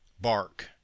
Bark